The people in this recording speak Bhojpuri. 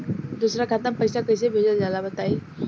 दोसरा खाता में पईसा कइसे भेजल जाला बताई?